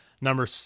number